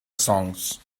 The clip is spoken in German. songs